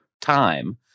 time